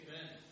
Amen